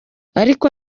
ariko